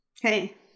Hey